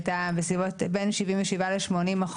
הייתה בין 77% ל-80%,